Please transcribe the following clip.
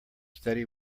steady